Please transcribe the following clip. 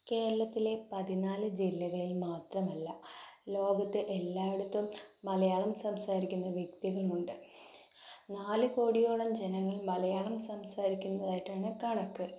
കേരളത്തിലെ പതിനാല് ജില്ലകളിൽ മാത്രമല്ല ലോകത്ത് എല്ലായിടത്തും മലയാളം സംസാരിക്കുന്ന വ്യക്തികൾ ഉണ്ട് നാല് കോടിയോളം ജനങ്ങൾ മലയാളം സംസാരിക്കുന്നതായിട്ടാണ് കണക്ക്